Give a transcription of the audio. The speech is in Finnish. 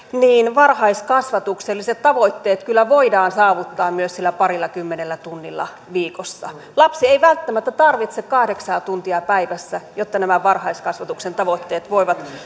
varhaiskasvatukselliset tavoitteet kyllä voidaan saavuttaa myös sillä parillakymmenellä tunnilla viikossa lapsi ei välttämättä tarvitse kahdeksaa tuntia päivässä jotta nämä varhaiskasvatuksen tavoitteet voivat